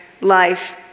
life